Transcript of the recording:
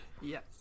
Yes